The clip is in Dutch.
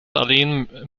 alleen